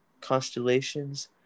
constellations